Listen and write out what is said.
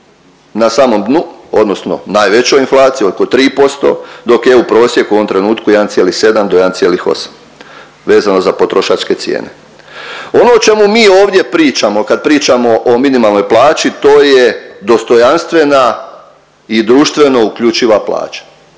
na samom dnu, odnosno najvećoj inflaciji oko 3%, dok je EU prosjek u ovom trenutku 1,7 do 1,8 vezano za potrošačke cijene. Ono o čemu mi ovdje pričamo kad pričamo o minimalnoj plaći to je dostojanstvena i društveno uključiva plaća.